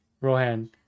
rohan